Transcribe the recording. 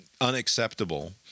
unacceptable